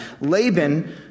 Laban